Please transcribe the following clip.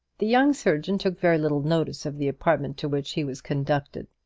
the young surgeon took very little notice of the apartment to which he was conducted.